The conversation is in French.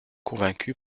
convaincue